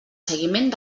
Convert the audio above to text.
seguiment